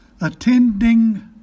Attending